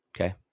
Okay